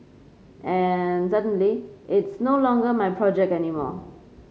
and suddenly it's no longer my project anymore